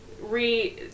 re